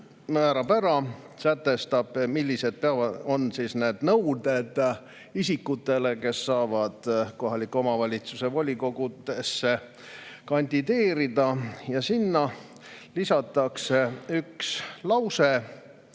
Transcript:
ühesõnaga sätestab, millised on nõuded isikutele, kes saavad kohaliku omavalitsuse volikogusse kandideerida. Sinna lisatakse üks lause: